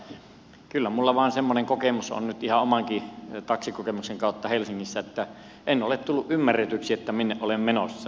mutta kyllä minulla vain semmoinen kokemus on nyt ihan omankin taksikokemuksen kautta helsingissä että en ole tullut ymmärretyksi minne olen menossa